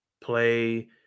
play